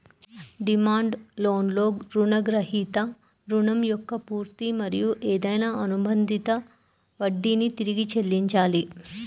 demand లోన్లో రుణగ్రహీత రుణం యొక్క పూర్తి మరియు ఏదైనా అనుబంధిత వడ్డీని తిరిగి చెల్లించాలి